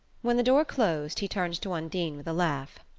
when the door closed he turned to undine with a laugh.